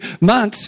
months